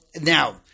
now